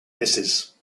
misses